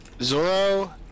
Zoro